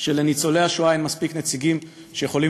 לניצולי השואה אין מספיק נציגים שיכולים